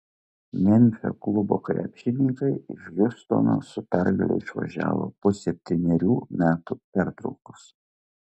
memfio klubo krepšininkai iš hjustono su pergale išvažiavo po septynerių metų pertraukos